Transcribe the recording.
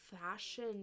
fashion